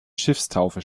schiffstaufe